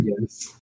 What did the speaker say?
Yes